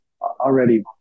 already